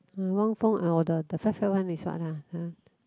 uh Wang-Feng our the the fat fat one is what uh [huh]